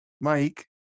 Mike